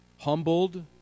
humbled